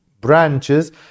branches